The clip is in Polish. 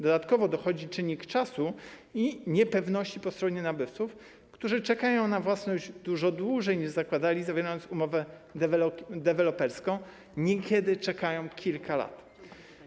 Dodatkowo dochodzi czynnik czasu i niepewności po stronie nabywców, którzy czekają na własność dużo dłużej niż zakładali, zawierając umowę deweloperską, niekiedy czekają kilka lat.